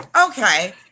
okay